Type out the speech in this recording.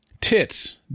tits